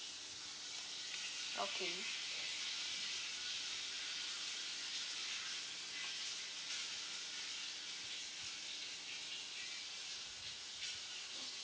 okay